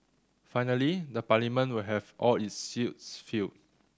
finally the Parliament will have all its seats filled